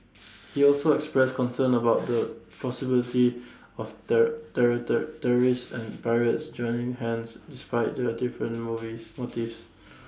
he also expressed concern about the possibility of terrorists and pirates joining hands despite their different movies motives